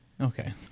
Okay